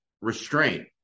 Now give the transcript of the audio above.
restraint